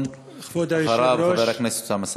חבר הכנסת אכרם חסון,